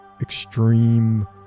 Extreme